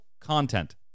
content